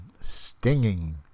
stinging